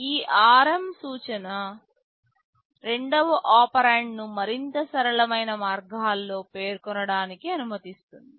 ఈ ARM సూచన రెండవ ఒపెరాండ్ను మరింత సరళమైన మార్గాల్లో పేర్కొనడానికి అనుమతిస్తుంది